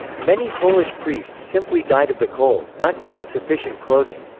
many polish priests simply died of the cold, not given sufficient clothing.